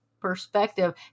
perspective